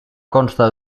consta